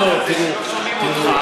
שלא שומעים אותך.